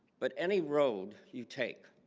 but any road you take